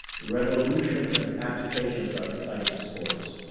revolutions and abdications are exciting sports.